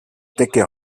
decke